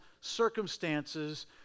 circumstances